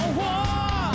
war